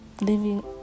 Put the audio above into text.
living